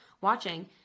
watching